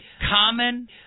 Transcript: common